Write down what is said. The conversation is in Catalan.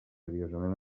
seriosament